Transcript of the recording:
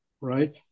right